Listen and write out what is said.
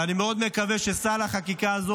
ואני מאוד מקווה שסל החקיקה הזה,